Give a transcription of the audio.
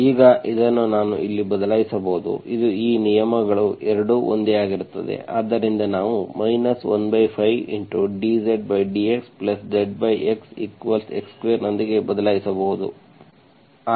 ಈಗ ಇದನ್ನು ನಾನು ಇಲ್ಲಿ ಬದಲಾಯಿಸಬಹುದು ಇದು ಈ ನಿಯಮಗಳು ಎರಡೂ ಒಂದೇ ಆಗಿರುತ್ತವೆ ಆದ್ದರಿಂದ ನಾವು 15 dZdxZxx2 ನೊಂದಿಗೆ ಬದಲಾಯಿಸಬಹುದು